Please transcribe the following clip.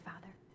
Father